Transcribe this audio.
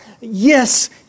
yes